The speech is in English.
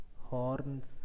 Horns